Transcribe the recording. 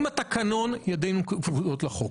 אם התקנון ידינו כפותות לחוק.